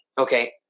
okay